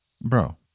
Bro